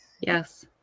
Yes